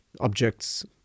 objects